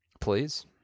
Please